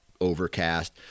overcast